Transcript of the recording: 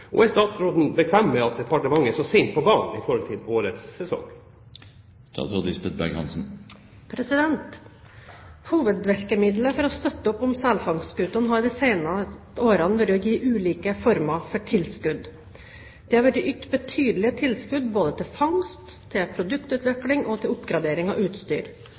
og er statsråden bekvem med at Fiskeri- og kystdepartementet er så sent på banen i forhold til årets sesong?» Hovedvirkemiddelet for å støtte opp om selfangstskutene har i de seneste årene vært å gi ulike former for tilskudd. Det har vært ytt betydelige tilskudd både til fangst, til produktutvikling og til oppgradering av utstyr.